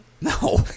No